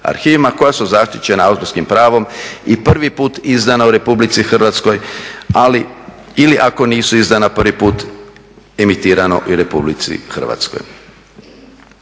koja su zaštićena autorskim pravom i prvi put izdana u Republici Hrvatskoj, ili ako nisu izdana prvi put, imitirano u Republici Hrvatskoj.